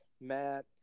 matt